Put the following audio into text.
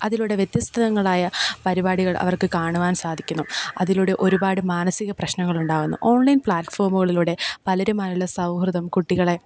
അതിലൂടെ വ്യത്യസ്തങ്ങളായ പരിപാടികൾ അവർക്ക് കാണുവാൻ സാധിക്കുന്നു അതിലൂടെ ഒരുപാട് മാനസിക പ്രശ്നങ്ങളുണ്ടാകുന്നു ഓൺലൈൻ പ്ലാറ്റ്ഫോമുകളിലൂടെ പലരുമായുള്ള സൗഹൃദം കുട്ടികളെ